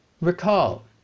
Recall